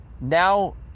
now